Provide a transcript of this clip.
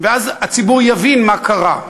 ואז הציבור יבין מה קרה.